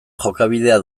jokabidea